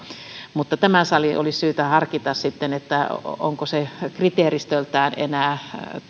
mutta tämän salin olisi syytä harkita sitten onko se kriteeristöltään enää